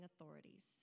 authorities